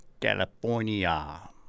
California